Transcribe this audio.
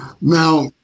Now